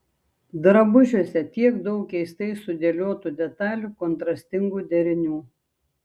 drabužiuose tiek daug keistai sudėliotų detalių kontrastingų derinių